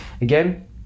again